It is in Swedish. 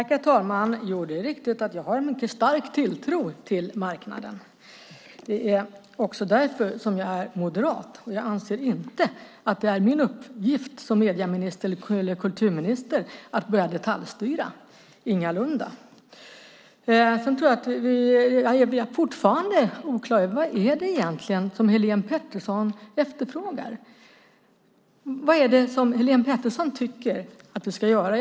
Herr talman! Jo, det är riktigt att jag har en mycket stark tilltro till marknaden. Det är också därför som jag är moderat. Och jag anser inte att det är min uppgift som medieminister eller kulturminister att börja detaljstyra. Jag är fortfarande oklar över vad Helene Petersson egentligen efterfrågar. Vad är det som Helene Petersson tycker att vi ska göra?